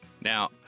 Now